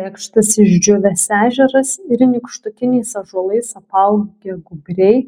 lėkštas išdžiūvęs ežeras ir nykštukiniais ąžuolais apaugę gūbriai